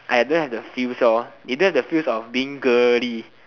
I don't have the feels lor they don't have the feels of being girly